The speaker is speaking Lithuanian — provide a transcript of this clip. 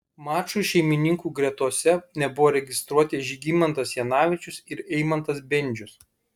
mačui šeimininkų gretose nebuvo registruoti žygimantas janavičius ir eimantas bendžius